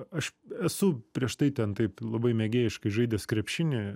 aš esu prieš tai ten taip labai mėgėjiškai žaidęs krepšinį